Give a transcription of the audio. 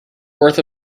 worth